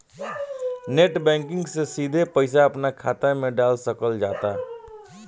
net banking से सिधे पईसा अपना खात मे डाल सकल जाता